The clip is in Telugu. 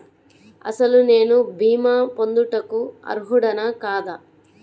అసలు నేను భీమా పొందుటకు అర్హుడన కాదా?